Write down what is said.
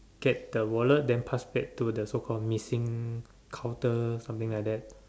get the wallet than pass back to the so called missing counter something like that